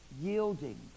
yielding